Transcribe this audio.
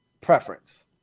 preference